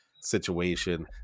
situation